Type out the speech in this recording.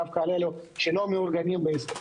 אלא דווקא על אלו שלא מאורגנים בהסתדרות,